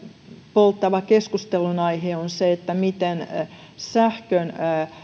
polttava keskustelunaihe on se miten sähkön